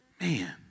Man